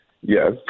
Yes